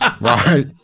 right